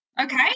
okay